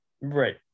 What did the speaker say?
Right